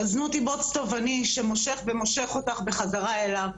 הזנות היא בוץ טובעני שמושך ומושך אותך בחזרה אליו,